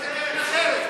איזו קרן אחרת?